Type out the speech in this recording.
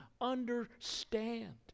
understand